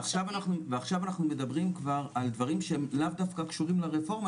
ועכשיו אנחנו מדברים כבר על דברים שהם לאו דווקא קשורים לרפורמה